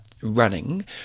Running